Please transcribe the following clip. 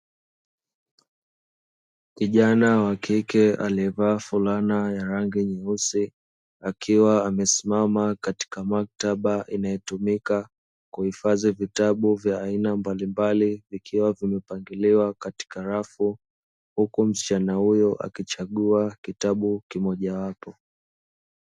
Kijana wa kike aliyevaa fulana ya rangi nyeusi, akiwa amesimama katika maktaba inayotumika kuhifadhi vitabu vya aina mbalimbali, ikiwa vimepangiliwa katika rafu, huku msichana huyo akichagua kitabu kimoja wapo .